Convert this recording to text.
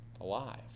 alive